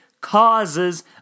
causes